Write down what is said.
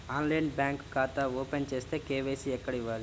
ఆన్లైన్లో బ్యాంకు ఖాతా ఓపెన్ చేస్తే, కే.వై.సి ఎక్కడ ఇవ్వాలి?